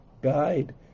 guide